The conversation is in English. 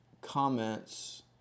comments